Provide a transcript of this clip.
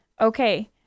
Okay